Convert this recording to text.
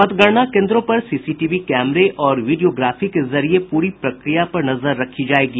मतगणना कोन्द्रों पर सीसीटीवी कैमरे और वीडियोग्राफी के जरिये प्ररी प्रक्रिया पर नजर रखी जायेगी